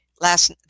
last